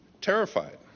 terrified